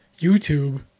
YouTube